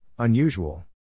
Unusual